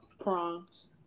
Prongs